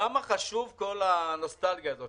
למה חשובה כל הנוסטלגיה הזאת